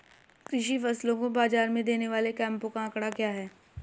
कृषि फसलों को बाज़ार में देने वाले कैंपों का आंकड़ा क्या है?